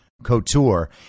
Couture